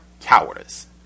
cowardice